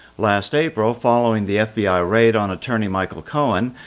last april, following the fbi raid on attorney michael cohen,